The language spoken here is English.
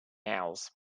owls